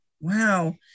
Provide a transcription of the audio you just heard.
Wow